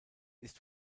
ist